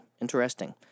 Interesting